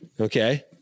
okay